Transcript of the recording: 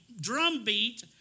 drumbeat